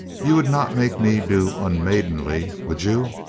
you would not make me do unmaidenly, would you?